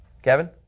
Kevin